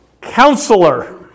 Counselor